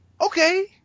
Okay